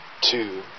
two